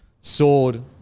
sword